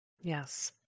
Yes